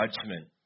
judgment